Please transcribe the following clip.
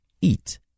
eat